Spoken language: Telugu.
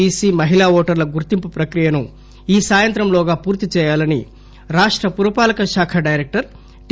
బీసి మహిళా ఓటర్ల గుర్తింపు ప్రక్రియను ఈ సాయంత్రం లోగా పూర్తి చేయాలని రాష్ట పురపాలక శాఖ డైరెక్టర్ టి